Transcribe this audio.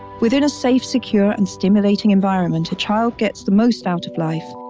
within a safe, secure and stimulating environment, a child gets the most out of life.